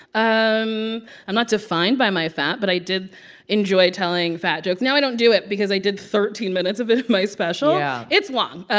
um i'm not defined by my fat, but i did enjoy telling fat jokes. now i don't do it because i did thirteen minutes of it in my special yeah it's long,